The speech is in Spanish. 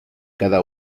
cada